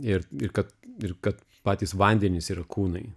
ir kad ir kad patys vandenys ir kūnai